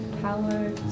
Power